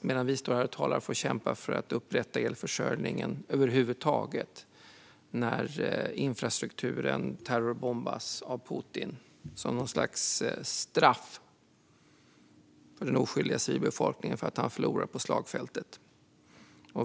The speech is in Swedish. Medan vi står här och talar får de kämpa för att upprätthålla elförsörjningen över huvud taget när infrastrukturen terrorbombas av Putin, som något slags straff mot den oskyldiga civilbefolkningen för att han förlorar på slagfältet.